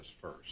first